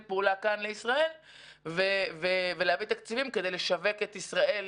פעולה כאן לישראל ולהביא תקציבים כדי לשווק את ישראל